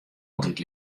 altyd